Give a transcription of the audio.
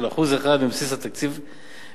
של 1% מבסיס תקציבי המשרדים.